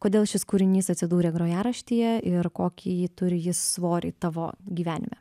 kodėl šis kūrinys atsidūrė grojaraštyje ir kokį ji turi jis svorį tavo gyvenime